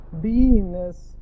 beingness